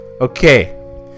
Okay